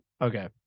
Okay